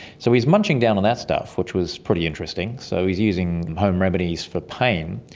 so he's munching down on that stuff, which was pretty interesting, so he's using home remedies for pain.